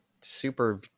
super